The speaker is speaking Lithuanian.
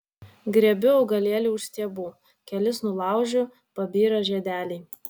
griebiu augalėlį už stiebų kelis nulaužiu pabyra žiedeliai